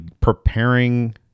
preparing